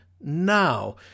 now